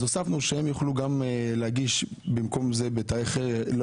אז הוספנו שהם יוכלו להגיש במקום זה בתאריך לא